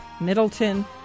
middleton